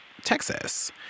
Texas